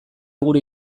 gure